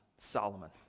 Solomon